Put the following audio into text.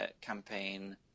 campaign